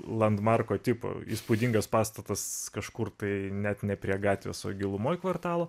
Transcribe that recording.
landmarko tipo įspūdingas pastatas kažkur tai net ne prie gatvės o gilumoj kvartalo